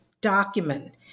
document